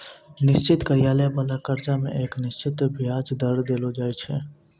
निश्चित कार्यकाल बाला कर्जा मे एक निश्चित बियाज दर देलो जाय छै